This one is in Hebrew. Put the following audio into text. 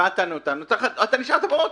בינתיים אתה נשאר באוטו.